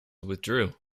withdrew